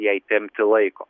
jai tempti laiko